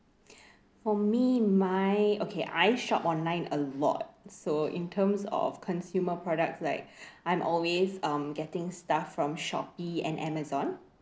for me my okay I shop online a lot so in terms of consumer products like I'm always um getting stuff from Shopee and Amazon